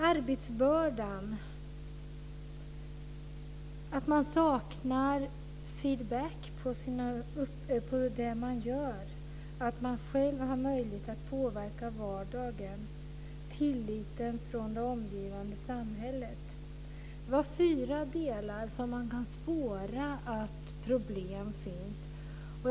Arbetsbördan, att man saknar feedback på det man gör, att man själv har möjlighet att påverka vardagen, tilliten från det omgivande samhället är fyra delar där vi kan spåra att problem finns.